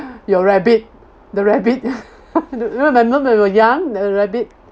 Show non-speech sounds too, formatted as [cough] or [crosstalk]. your rabbit the rabbit [laughs] you know young the rabbit